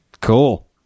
Cool